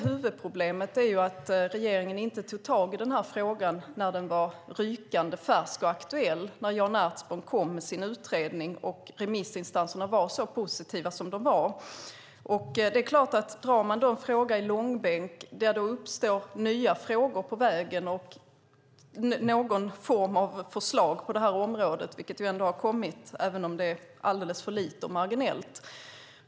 Huvudproblemet är att regeringen inte tog tag i den här frågan när den var rykande färsk och aktuell, det vill säga när Jan Ertsborn kom med sin utredning och remissinstanserna var så positiva som de var. Drar man en fråga i långbänk uppstår nya frågor på vägen. Någon form av förslag på det här området har ju kommit även om det är alldeles för lite och marginellt.